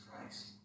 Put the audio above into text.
Christ